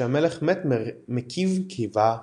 שהמלך מת מכיב קיבה מדמם.